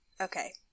okay